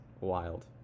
wild